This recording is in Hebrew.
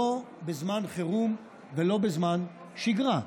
לא בזמן חירום ולא בזמן שגרה.